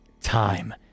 time